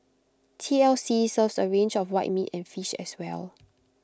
T L C serves A range of white meat and fish as well